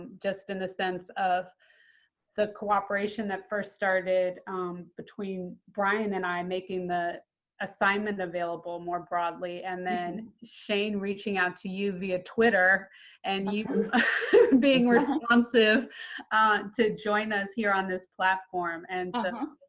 just in the sense of the cooperation that first started between brian and i making the assignment available more broadly, and then shane reaching out to you via twitter and you being responsive to join us here on this platform. and but